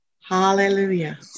Hallelujah